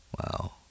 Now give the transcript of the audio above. Wow